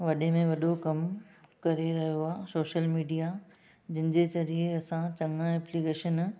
वॾे में वॾो कमु करे रहियो आहे सोशल मिडिया जंहिंजे ज़रिए असां चङा एपलिकेशन